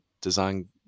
design